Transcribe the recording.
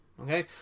okay